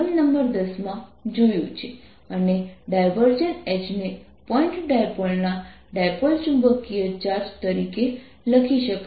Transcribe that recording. H ને point dipole ના dipole ચુંબકીય ચાર્જ તરીકે લખી શકાય છે